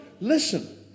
Listen